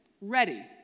ready